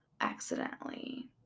Accidentally